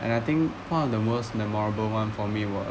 and I think one of the most memorable one for me was